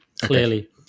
clearly